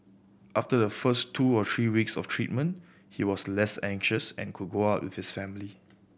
after the first two or three weeks of treatment he was less anxious and could go out with his family